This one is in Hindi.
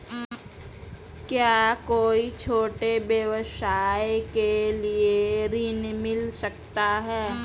क्या कोई छोटे व्यवसाय के लिए ऋण मिल सकता है?